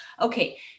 okay